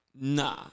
Nah